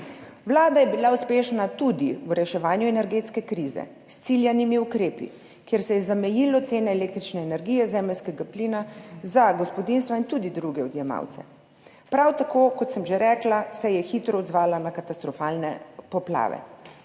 Vlada je bila uspešna tudi v reševanju energetske krize s ciljanimi ukrepi, kjer se je zamejilo cene električne energije, zemeljskega plina za gospodinjstva in tudi druge odjemalce. Prav tako, kot sem že rekla, se je hitro odzvala na katastrofalne poplave,